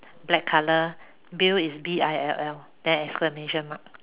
black colour Bill is B I L L then exclamation mark